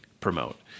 promote